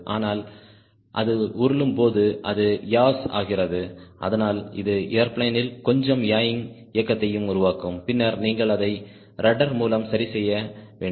ஆனால் அது உருளும் போது அது யாவ்ஸ் ஆகிறது அதனால் இது ஏர்பிளேன் ல் கொஞ்சம் யாயிங் இயக்கத்தையும் உருவாக்கும் பின்னர் நீங்கள் அதை ரட்டர் மூலம் சரிசெய்ய வேண்டும்